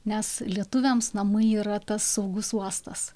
nes lietuviams namai yra tas saugus uostas